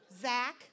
Zach